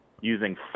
using